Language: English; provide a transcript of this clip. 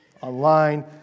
online